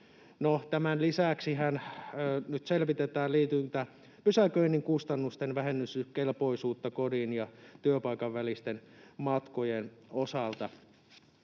tämän lisäksihän nyt selvitetään liityntäpysäköinnin kustannusten vähennyskelpoisuutta kodin ja työpaikan välisten matkojen osalta.